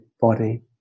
body